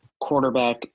quarterback